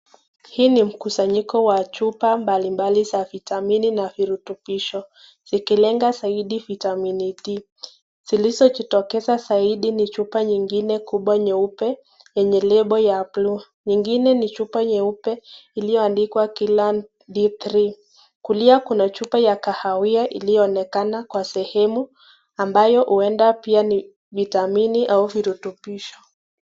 Hii ni mkusanyiko wa chupa mbalimbali za vitamini na virutubisho. Zikilenga zaidi vitamini D. Zilizojitokeza zaidi ni chupa nyingine kubwa nyeupe yenye lebo ya blue , nyingine ni chupa nyeupe iliyoandikwa Kilan D3. Kulia kuna chupa ya kahawia iliyoonekana kwa sehemu ambayo huenda pia ni vitamini au virutubisho.